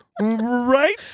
Right